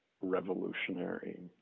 revolutionary